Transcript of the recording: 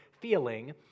feeling